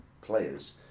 players